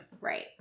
Right